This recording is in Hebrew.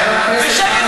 ואחריה,